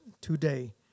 today